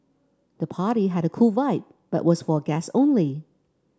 the party had a cool vibe but was for guests only